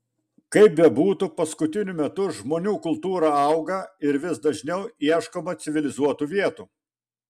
kaip bebūtų paskutiniu metu žmonių kultūra auga ir vis dažniau ieškoma civilizuotų vietų